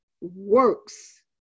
works